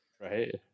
right